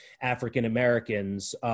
African-Americans